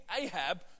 Ahab